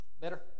Better